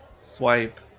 swipe